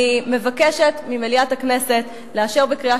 אני מבקשת ממליאת הכנסת לאשר בקריאה